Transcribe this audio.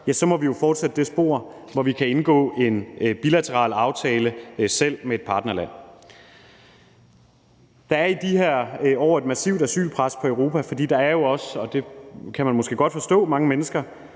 gøre, må vi jo fortsætte ad det spor, hvor vi selv kan indgå en bilateral aftale med et partnerland. Der er i de her år et massivt asylpres på Europa, fordi der jo er, og det kan man måske godt forstå, mange mennesker